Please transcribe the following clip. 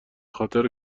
خاطر